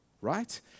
right